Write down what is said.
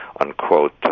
unquote